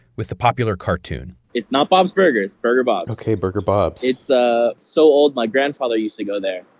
with the popular cartoon it's not bob's burgers burger bob's ok, burger bob's it's ah so old, my grandfather used to go there.